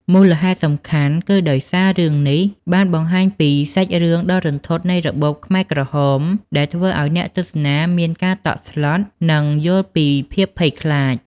មូលហេតុសំខាន់គឺដោយសារតែរឿងនេះបានបង្ហាញពីសាច់រឿងដ៏រន្ធត់នៃរបបខ្មែរក្រហម ដែលធ្វើឲ្យអ្នកទស្សនាមានការតក់ស្លុត និងយល់ពីភាពភ័យខ្លាច។